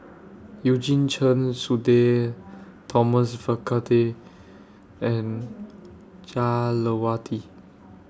Eugene Chen Sudhir Thomas Vadaketh and Jah Lelawati